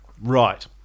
Right